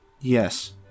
Yes